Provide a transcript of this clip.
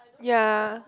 ya